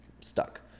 stuck